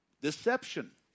Deception